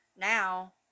now